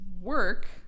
work